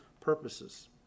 purposes